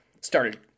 started